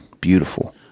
Beautiful